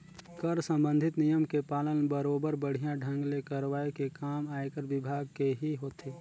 कर संबंधित नियम के पालन बरोबर बड़िहा ढंग ले करवाये के काम आयकर विभाग केही होथे